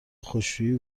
خشکشویی